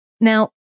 Now